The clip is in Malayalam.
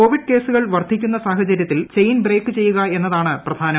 കോവിഡ് കേസുകൾ വർധിക്കുന്ന സാഹചര്യത്തിൽ ചെയിൻ ബ്രേക്ക് ചെയ്യുക എന്നതാണ് പ്രധാനം